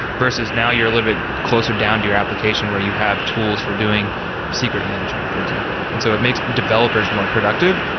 versus now, you're a little bit closer down to your application where you have tools for doing secret management, for example and so it makes developers more productive,